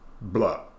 Blah